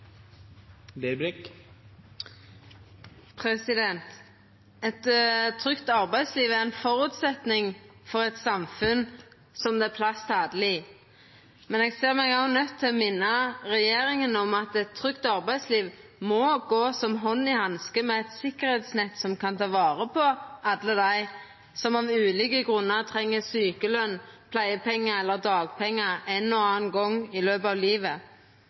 seierne. Eit trygt arbeidsliv er ein føresetnad for eit samfunn som det er plass til alle i, men eg ser meg òg nøydd til å minna regjeringa om at ei trygt arbeidsliv må passa som hand i hanske med eit sikkerheitsnett som kan ta vare på alle dei som av ulike grunnar treng sjukeløn, pleiepengar eller dagpengar ein og annan gong i løpet av livet.